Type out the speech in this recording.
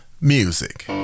Music